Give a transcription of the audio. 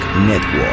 Network